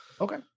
okay